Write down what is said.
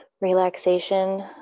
relaxation